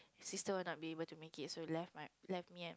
sister will not be to make it so left my left me